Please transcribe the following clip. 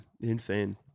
insane